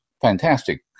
fantastic